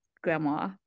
grandma